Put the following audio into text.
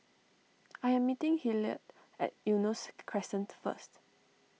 I am meeting Hillard at Eunos Crescent first